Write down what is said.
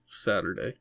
Saturday